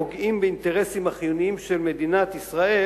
הפוגעים באינטרסים החיוניים של מדינת ישראל,